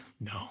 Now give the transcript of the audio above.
No